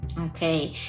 Okay